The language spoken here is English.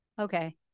Okay